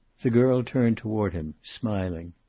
the girl turned toward him smiling.